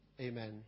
Amen